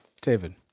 David